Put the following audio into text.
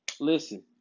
Listen